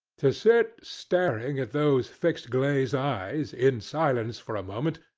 to sit, staring at those fixed glazed eyes, in silence for a moment,